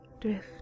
drift